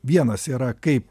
vienas yra kaip